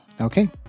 Okay